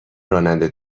راننده